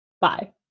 bye